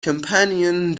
companion